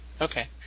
Okay